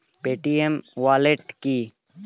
Paytm wallet কি?